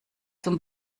zum